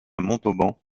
montauban